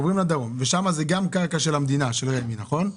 ושם זו גם קרקע של המדינה, של רשות